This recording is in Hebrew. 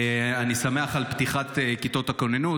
אני שמח על פתיחת כיתות הכוננות,